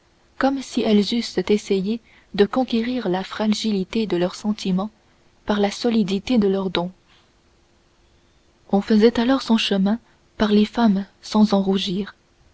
comme si elles eussent essayé de conquérir la fragilité de leurs sentiments par la solidité de leurs dons on faisait alors son chemin par les femmes sans en rougir